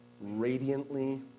radiantly